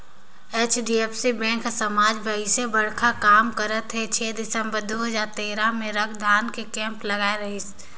HDFC bank हर समाज बर अइसन बड़खा काम करत हे छै दिसंबर दू हजार तेरा मे रक्तदान के केम्प लगवाए रहीस